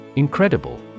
Incredible